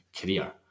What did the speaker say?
career